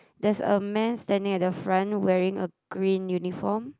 there's a man standing at the front wearing a green uniform